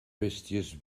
bèsties